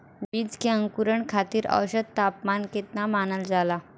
बीज के अंकुरण खातिर औसत तापमान केतना मानल जाला?